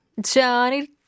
Johnny